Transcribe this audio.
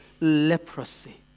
leprosy